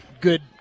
good